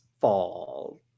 fall